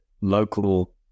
local